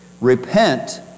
Repent